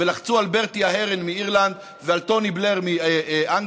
ולחצו על ברטי אהרן מאירלנד ועל טוני בלייר מאנגליה.